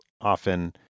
often